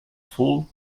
fool